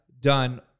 done